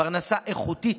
פרנסה איכותית,